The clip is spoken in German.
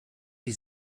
die